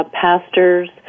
pastors